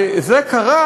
וזה קרה,